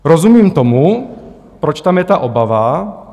Rozumím tomu, proč tam je ta obava.